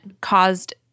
caused